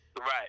right